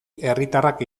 herritarrak